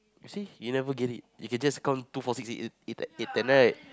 you see you never get it you can just count two four six eight eight ten right